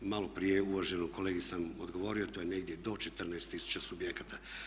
Maloprije uvaženom kolegi sam odgovorio to je negdje do 14 tisuća subjekata.